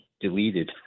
deleted